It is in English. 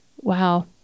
wow